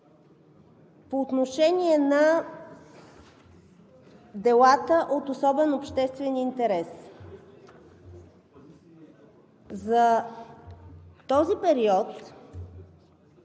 по отношение на делата от особен обществен интерес. За този период